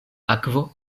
akvo